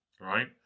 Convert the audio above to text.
right